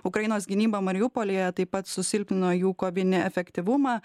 ukrainos gynyba mariupolyje taip pat susilpnino jų kovinį efektyvumą